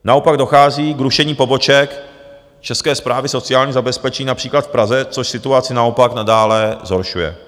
Naopak dochází k rušení poboček České správy sociálního zabezpečení, například v Praze, což situaci naopak nadále zhoršuje.